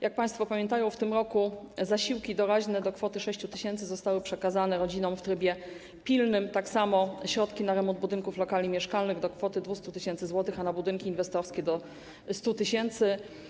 Jak państwo pamiętają, w tym roku zasiłki doraźne do kwoty 6 tys. zł zostały przekazane rodzinom w trybie pilnym, tak samo środki na remont budynków, lokali mieszkalnych do kwoty 200 tys. zł, a na budynki inwestorskie - do 100 tys.